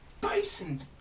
bison